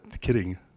kidding